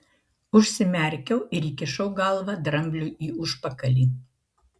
užsimerkiau ir įkišau galvą drambliui į užpakalį